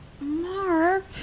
Mark